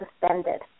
suspended